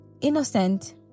innocent